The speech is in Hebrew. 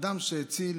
אדם שהציל